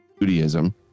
Judaism